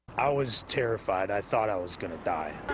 i was terrified. i thought i was gonna die.